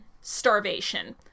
starvation